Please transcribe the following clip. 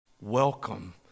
Welcome